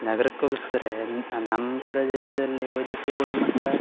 ನಗರಕ್ಕೆ ಹೋಲ್ಸಿದರೆ ನಮ್ಮ ಪ್ರದೇಶದಲ್ಲಿ ವೈದ್ಯಕೀಯ ಗುಣಮಟ್ಟ